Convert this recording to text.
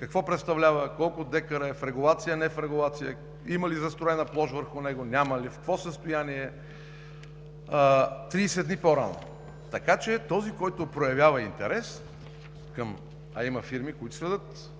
какво представлява, колко декара е, в регулация или не е в регулация, има ли застроена площ върху него, няма ли, в какво състояние е – 30 дни по-рано. Този, който проявява интерес – има фирми, които следят